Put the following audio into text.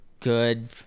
good